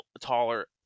taller